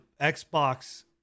Xbox